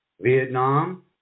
Vietnam